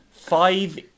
Five